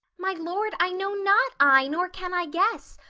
my lord, i know not, i, nor can i guess,